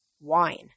Wine